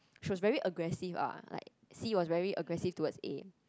she was very aggressive ah like C was very aggressive towards A